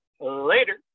Later